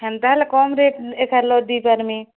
ହେନ୍ତା ହେଲେ କମ୍ ରେଟ୍ ହେଲେ ଦେଇପାରମି